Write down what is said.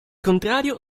contrario